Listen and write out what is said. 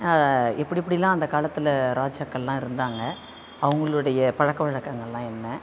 அதை எப்படி எப்படிலாம் அந்த காலத்தில் ராஜாக்கள் எல்லாம் இருந்தாங்க அவங்களுடைய பழக்கவழக்கங்கள் எல்லாம் என்ன